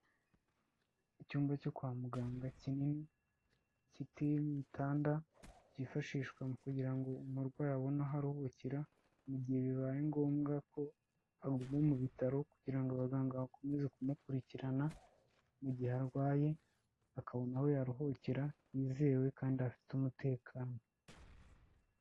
Icyumba cyo kwa muganga kinin,i giteyemo ibitanda byifashishwa kugira ngo umurwayi abone aho aruhukira, mu gihe bibaye ngombwa ko, aguma mu bitaro kugira ngo abaganga bakomeze kumukurikirana mu gihe arwaye, akabona aho yaruhukira hizewe kandi hafite umutekano.